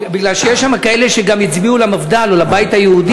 מפני שיש שם גם כאלה שהצביעו למפד"ל או לבית היהודי,